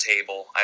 table